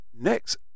next